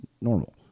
normal